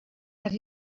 have